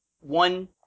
One